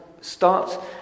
start